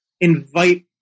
invite